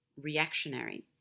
reactionary